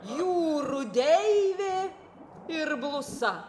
jūrų deivė ir blusa